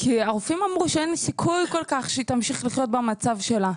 כי הרופאים אמרו שאין סיכוי כל כך שהיא תמשיך לחיות במצב שלה.